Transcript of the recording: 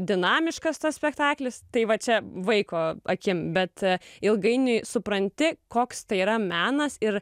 dinamiškas tas spektaklis tai va čia vaiko akim bet ilgainiui supranti koks tai yra menas ir